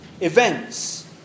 events